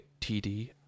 TD